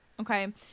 Okay